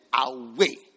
away